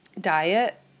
diet